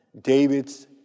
David's